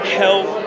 help